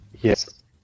yes